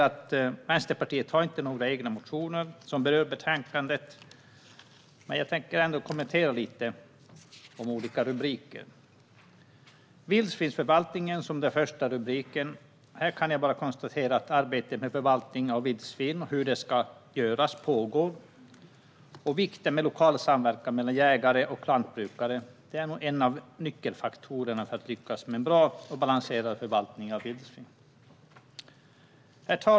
Vänsterpartiet har inga egna motioner som berör betänkandet, men jag tänker ändå kommentera lite om olika rubriker. Vildsvinsförvaltning är den första rubriken. Här kan jag bara konstatera att arbetet med förvaltningen av vildsvin och hur detta ska göras pågår och att vikten med lokal samverkan mellan jägare och lantbrukare nog är en av nyckelfaktorerna för att lyckas med en bra och balanserad förvaltning av vildsvinen.